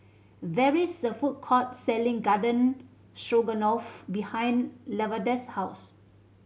there is a food court selling Garden Stroganoff behind Lavada's house